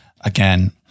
again